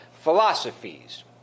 philosophies